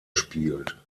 spielt